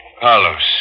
Carlos